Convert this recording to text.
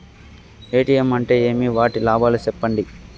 ATM అంటే ఏమి? వాటి లాభాలు సెప్పండి?